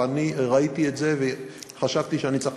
ואני ראיתי את זה וחשבתי שאני צריך